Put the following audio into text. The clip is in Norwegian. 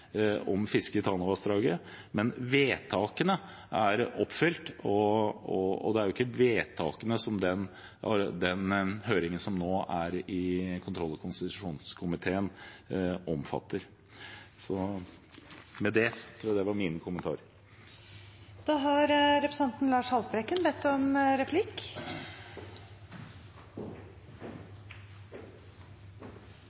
om fiske i Tana-vassdraget, men vedtakene er oppfylt, og det er ikke vedtakene den høringen som nå er i kontroll- og konstitusjonskomiteen, omfatter. Dette var mine kommentarer. Det blir replikkordskifte. Jeg takker statsråden for svar på de to anmodningsvedtakene, som jeg etterlyste i mitt innlegg. I svaret om